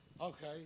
Okay